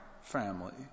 family